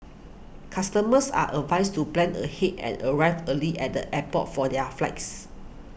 customers are advised to plan ahead and arrive early at the airport for their flags